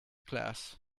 class